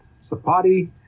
Sapati